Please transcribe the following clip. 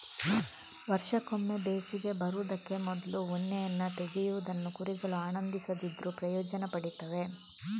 ವರ್ಷಕ್ಕೊಮ್ಮೆ ಬೇಸಿಗೆ ಬರುದಕ್ಕೆ ಮೊದ್ಲು ಉಣ್ಣೆಯನ್ನ ತೆಗೆಯುವುದನ್ನ ಕುರಿಗಳು ಆನಂದಿಸದಿದ್ರೂ ಪ್ರಯೋಜನ ಪಡೀತವೆ